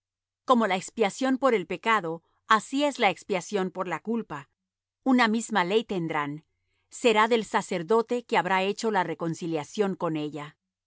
como la expiación por el pecado así es la expiación de la culpa una misma ley tendrán será del sacerdote que habrá hecho la reconciliación con ella